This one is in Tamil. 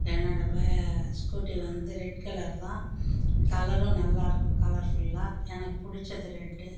என்னோட பா ஸ்கூட்டி வந்து ரெட் கலர் தான் கலரும் நல்லாயிருக்கும் கலர் ஃபுல்லாக எனக்கு பிடிச்சது ரெட்டு